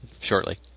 shortly